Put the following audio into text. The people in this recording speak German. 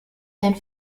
dein